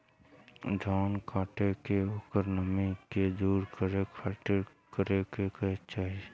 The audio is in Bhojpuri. धान कांटेके ओकर नमी दूर करे खाती का करे के चाही?